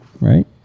Right